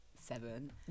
seven